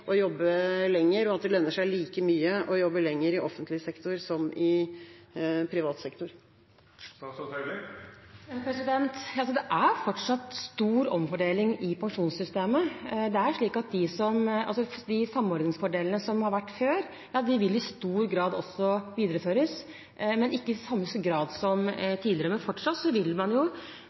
å jobbe lenger, og at det lønner seg like mye å jobbe lenger i offentlig sektor som i privat sektor? Det er fortsatt stor omfordeling i pensjonssystemet. De samordningsfordelene som har vært før, vil i stor grad videreføres, men ikke i samme grad som tidligere. Man vil fortsatt ha stor omfordeling i det pensjonssystemet som er. Som sagt, man reduserer gjennomsnittlig pensjon fra 72 pst. til 71 pst., og de som har lave stillingsbrøker, vil fortsatt